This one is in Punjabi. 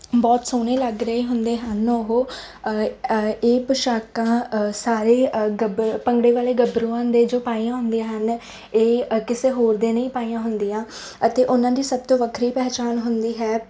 ਬਹੁਤ ਸੋਹਣੇ ਲੱਗ ਰਹੇ ਹੁੰਦੇ ਹਨ ਉਹ ਇਹ ਪੁਸ਼ਾਕਾਂ ਸਾਰੇ ਗੱਬਰੂ ਭੰਗੜੇ ਵਾਲੇ ਗੱਭਰੂਆਂ ਦੇ ਜੋ ਪਾਈਆਂ ਹੁੰਦੀਆਂ ਹਨ ਇਹ ਕਿਸੇ ਹੋਰ ਦੇ ਨਹੀਂ ਪਾਈਆਂ ਹੁੰਦੀਆਂ ਅਤੇ ਉਹਨਾਂ ਦੀ ਸਭ ਤੋਂ ਵੱਖਰੀ ਪਹਿਚਾਣ ਹੁੰਦੀ ਹੈ